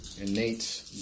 innate